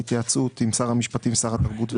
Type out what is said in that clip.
בהתייעצות עם שר המשפטים ועם שר התרבות,